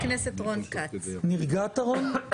נרגעת, רון?